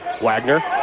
Wagner